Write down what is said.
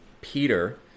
Peter